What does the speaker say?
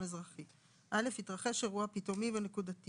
אזרחי 3. (א)התרחש אירוע פתאומי ונקודתי